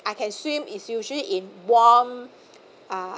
I can swim is usually in warm uh